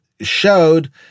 showed